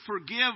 forgive